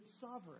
sovereign